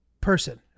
person